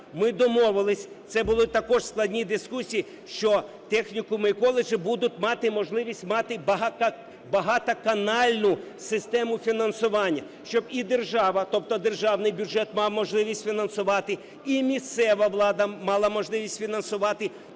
Ми домовилися, це були також складні дискусії, що технікуми і коледжі будуть мати можливість мати багатоканальну систему фінансування, щоб і держава, тобто державний бюджет мав можливість фінансувати, і місцева влада мала можливість фінансувати,